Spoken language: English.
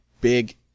big